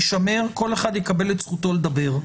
אחד יקבל את זכותו לדבר.